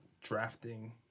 drafting